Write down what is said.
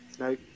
No